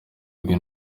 rwe